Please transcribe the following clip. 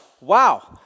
Wow